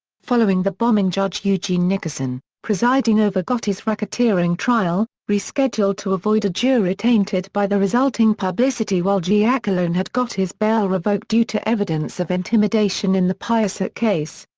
following the bombing judge eugene nickerson, presiding over gotti's racketeering trial, rescheduled to avoid a jury tainted by the resulting publicity while giacalone had gotti's bail revoked due to evidence of intimidation in the piecyk case.